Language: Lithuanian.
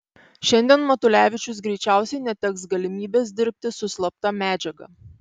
šiandien matulevičius greičiausiai neteks galimybės dirbti su slapta medžiaga